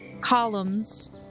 columns